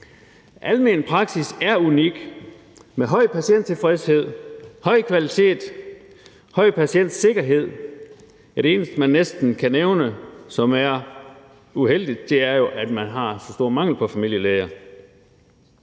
Almen praksis er unik med højt patienttilfredshed, høj kvalitet, høj patientsikkerhed. Ja, det eneste, man næsten kan nævne, som er uheldigt, er jo, at man har så stor mangel på familielæger.